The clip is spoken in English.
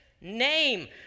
name